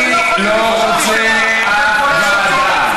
אני לא רוצה אף ועדה.